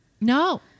No